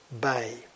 Bay